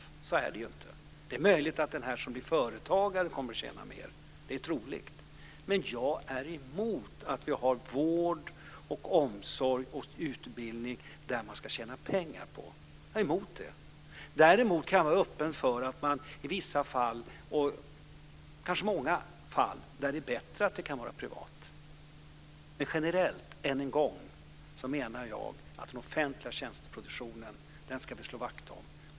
Så är det inte. Det är möjligt att den som blir företagare kommer att tjäna mer - det är rentav troligt. Men jag är emot att vi har vård, omsorg och utbildning som man ska tjäna pengar på. Däremot kan jag vara öppen för att det i vissa fall, kanske många fall, kan vara bättre att den är privat. Än en gång: Generellt menar jag att vi ska slå vakt om den offentliga tjänsteproduktionen.